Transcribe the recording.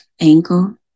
ankle